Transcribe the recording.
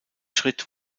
schritt